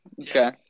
Okay